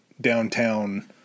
downtown